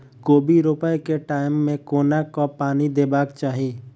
कोबी रोपय केँ टायम मे कोना कऽ पानि देबाक चही?